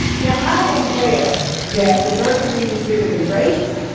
now, i'm aware that diversity is bigger than race,